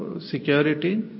security